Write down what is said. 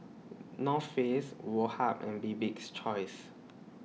North Face Woh Hup and Bibik's Choice